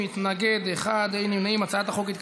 התשע"ח 2018,